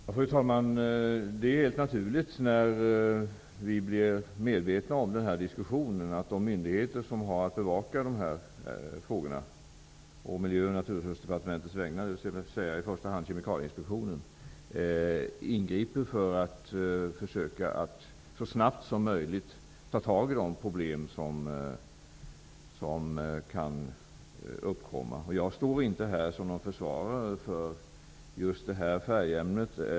Fru talman! Det är helt naturligt att -- sedan vi blev medvetna om diskussionerna -- de myndigheter som har att å Miljö och naturresursdepartementets vägnar bevaka dessa frågor, i första hand Kemikalieinspektionen, ingriper för att så snabbt som möjligt ta itu med de problem som kan uppstå. Jag står inte här som någon försvarare av det här färgämnet.